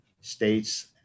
states